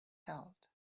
held